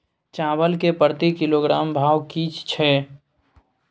चावल के प्रति किलोग्राम भाव की छै?